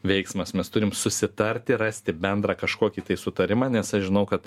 veiksmas mes turim susitarti rasti bendrą kažkokį tai sutarimą nes aš žinau kad